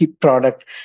product